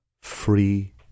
free